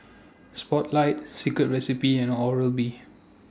Spotlight Secret Recipe and Oral B